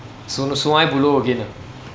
su~ sungei buloh again ah